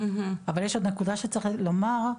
אבל יש עוד נקודה שצריך לומר,